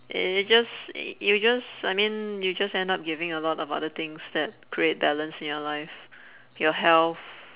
uh just y~ you just I mean you just end up giving a lot of other things that create balance in your life your health